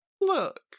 Look